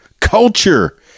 culture